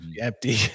empty